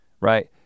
right